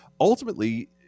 ultimately